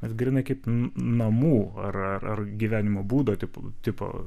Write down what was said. bet grynai kaip namų ar ar gyvenimo būdo tipo tipo